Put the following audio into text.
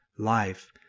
life